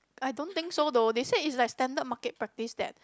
I don't think so though they said it's like standard market practice that